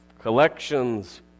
collections